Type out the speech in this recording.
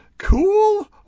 Cool